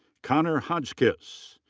connor hodgskiss.